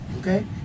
Okay